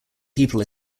people